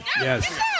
Yes